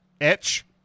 Etch